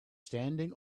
standing